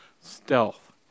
stealth